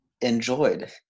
enjoyed